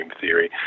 theory